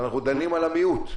אנחנו דנים על המיעוט.